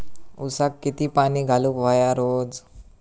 ऊसाक किती पाणी घालूक व्हया रोज?